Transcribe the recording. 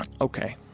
Okay